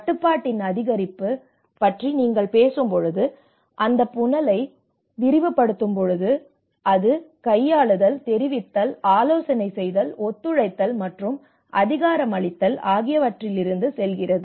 கட்டுப்பாட்டின் அதிகரிப்பு பற்றி நீங்கள் பேசும்போது அந்த புனலை விரிவுபடுத்தும்போது அது கையாளுதல் தெரிவித்தல் ஆலோசனை செய்தல் ஒத்துழைத்தல் மற்றும் அதிகாரம் அளித்தல் ஆகியவற்றிலிருந்து செல்கிறது